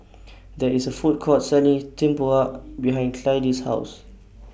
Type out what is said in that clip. There IS A Food Court Selling Tempoyak behind Clydie's House